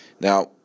Now